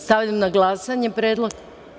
Stavljam na glasanje predlog.